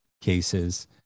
cases